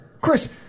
Chris